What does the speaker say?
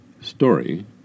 Story